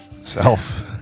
Self